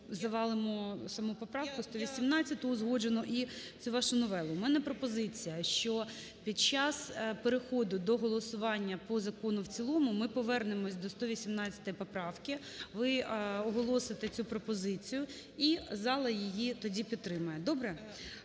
завалимо саму поправку 118 узгоджену, і цю вашу новелу. В мене пропозиція, що під час переходу до голосування по закону в цілому ми повернемося до 118 поправки. Ви оголосите цю пропозицію, і зала її тоді підтримає. Добре?